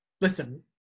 listen